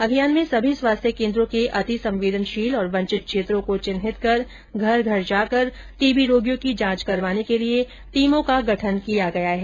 अभियान में सभी स्वास्थ्य केंद्रों के अति संवेदनशील और वंचित क्षेत्रों को चिन्हित कर घर घर जाकर टीबी रोगियों की जांच करवाने के लिये टीमों का गठन किया गया है